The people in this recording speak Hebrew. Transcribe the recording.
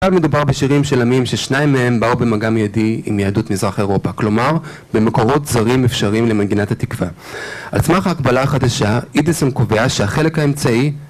עכשיו מדובר בשירים של עמים ששניים מהם באו במגע מיידי עם יהדות מזרח אירופה כלומר במקורות זרים אפשריים לנגינת התקווה. על סמך ההקבלה החדשה אידסון קובע שהחלק האמצעי